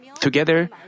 together